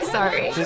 Sorry